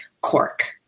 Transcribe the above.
cork